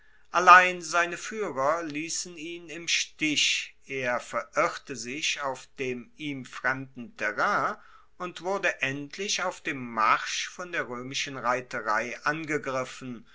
allein seine fuehrer liessen ihn im stich er verirrte sich auf dem ihm fremden terrain und wurde endlich auf dem marsch von der roemischen reiterei angegriffen